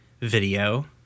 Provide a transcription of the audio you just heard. video